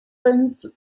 分子